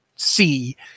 see